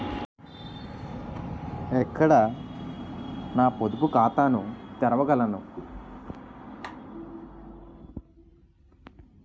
ఎక్కడ నా పొదుపు ఖాతాను తెరవగలను?